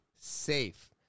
safe